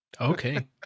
Okay